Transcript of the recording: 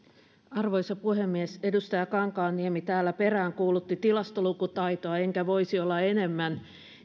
arvoisa puhemies edustaja kankaanniemi täällä peräänkuulutti tilastolukutaitoa enkä voisi olla enemmän